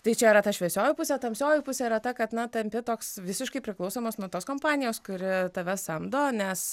tai čia yra ta šviesioji pusė o tamsioji pusė yra ta kad na tampi toks visiškai priklausomas nuo tos kompanijos kuri tave samdo nes